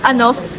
Enough